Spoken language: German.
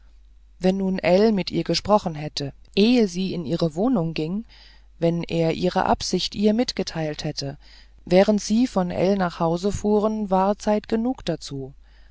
wenn nun ell mit ihr gesprochen hätte ehe sie in ihre wohnung ging wenn er ihre absicht ihr mitgeteilt hätte während sie von ell nach hause fuhren war zeit genug dazu